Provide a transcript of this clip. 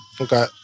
Okay